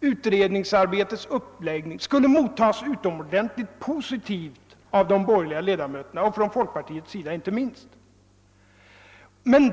utredningsarbetets uppläggning skulle upptas utomordentligt positivt av de borgerliga ledamöterna, inte minst av ledamöterna från folkpartiet.